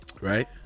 right